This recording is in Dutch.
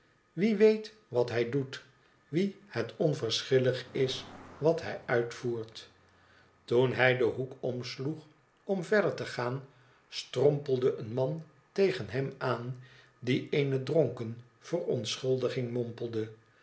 wie weet wat hij doet wien het onverschillig is wat hij uitvoert i toen hij den hoek omsloeg om verder te gaan strompelde een man tegen hem aan die eene dronken verontschuldiging